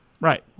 Right